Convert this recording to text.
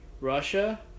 Russia